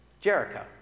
jericho